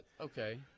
Okay